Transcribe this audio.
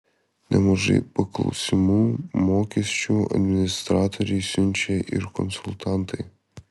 nemažai paklausimų mokesčių administratoriui siunčia ir konsultantai